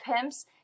pimps